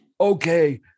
okay